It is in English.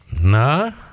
no